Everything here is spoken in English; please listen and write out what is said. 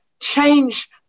change